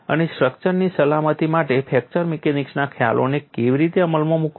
અને સ્ટ્રક્ચરની સલામતી માટે ફ્રેક્ચર મિકેનિક્સના ખ્યાલોને કેવી રીતે અમલમાં મૂકવા